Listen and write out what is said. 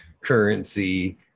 currency